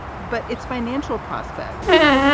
but its financial prospects.